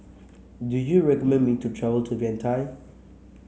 do you recommend me to travel to Vientiane